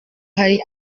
hari